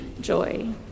joy